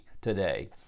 today